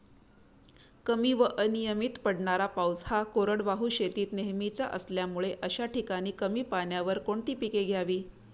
कमी व अनियमित पडणारा पाऊस हा कोरडवाहू शेतीत नेहमीचा असल्यामुळे अशा ठिकाणी कमी पाण्यावर कोणती पिके घ्यावी?